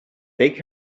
take